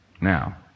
Now